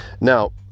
Now